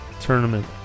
tournament